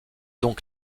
donc